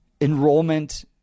enrollment